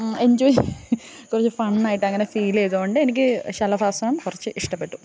enjoy കുറച്ച് ഫണ്ണായിട്ടങ്ങനെ ഫീലെയ്തോണ്ട് എനിക്ക് ശലഭാസനം കുറച്ച് ഇഷ്ടപ്പെട്ടു